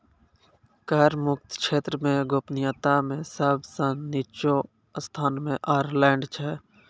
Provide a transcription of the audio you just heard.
कर मुक्त क्षेत्र मे गोपनीयता मे सब सं निच्चो स्थान मे आयरलैंड छै